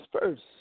first